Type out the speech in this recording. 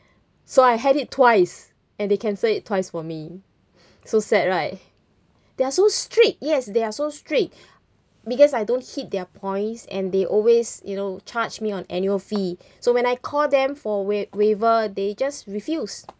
so I had it twice and they cancel it twice for me so sad right they are so strict yes they are so strict because I don't hit their points and they always you know charged me on annual fee so when I call them for wa~ waiver they just refuse